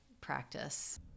practice